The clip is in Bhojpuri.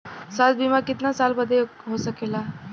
स्वास्थ्य बीमा कितना साल बदे हो सकेला?